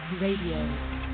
Radio